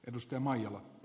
arvoisa puhemies